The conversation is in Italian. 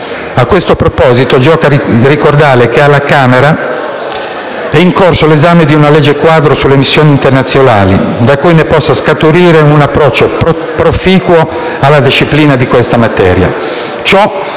A questo proposito giova ricordare che alla Camera è in corso l'esame di una legge quadro sulle missioni internazionali da cui possa scaturire un approccio proficuo alla disciplina di questa materia,